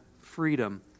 freedom